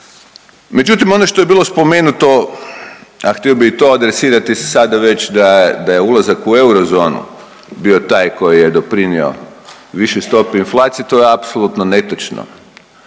Međutim, ono što je bilo spomenuto, a htio bih to adresirati sada već da je ulazak u eurozonu bio taj koji je doprinio višoj stopi inflacije, to je apsolutno netočno.